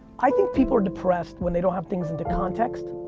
i think people are depressed when they don't have things into context.